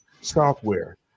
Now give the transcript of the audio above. software